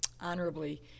honorably